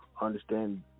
understand